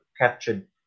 captured